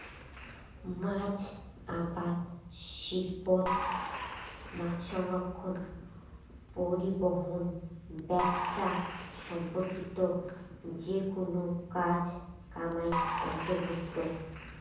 মাছ আবাদ শিল্পত মাছসংরক্ষণ, পরিবহন, ব্যাচা সম্পর্কিত যেকুনো কাজ কামাই অন্তর্ভুক্ত